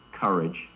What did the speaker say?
Courage